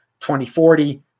2040